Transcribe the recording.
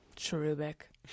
Cherubic